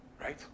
Right